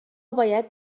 باید